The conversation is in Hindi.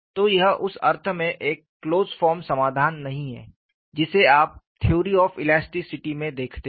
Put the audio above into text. तो यह उस अर्थ में एक क्लोज्ड फॉर्म समाधान नहीं है जिसे आप थ्योरी ऑफ इलास्टिसिटी में देखते है